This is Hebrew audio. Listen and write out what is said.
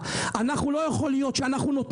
יכול להיות שאנחנו,